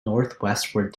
northwestward